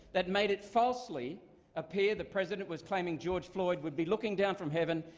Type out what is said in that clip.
that made it falsely appear that president was claiming george floyd would be looking down from heaven,